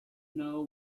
know